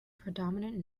predominant